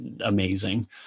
amazing